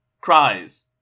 Cries